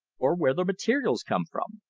or where the materials come from.